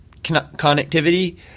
connectivity